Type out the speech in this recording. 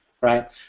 right